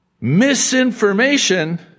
misinformation